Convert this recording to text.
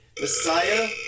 Messiah